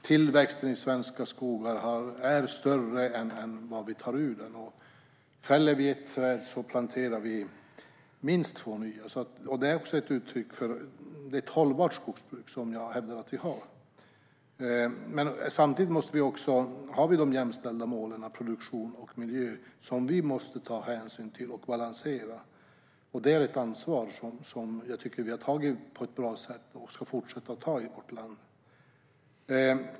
Tillväxten i svenska skogar är större än vad vi tar ur dem. Fäller vi ett träd planterar vi minst två nya. Det är ett uttryck för att det är hållbart skogsbruk, vilket jag hävdar att vi har. Samtidigt har vi de jämställda målen produktion och miljö, som vi måste ta hänsyn till och balansera. Det är ett ansvar som jag tycker att vi har tagit på ett bra sätt och ska fortsätta att ta i vårt land.